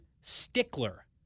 stickler